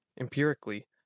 Empirically